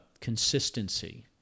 consistency